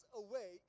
away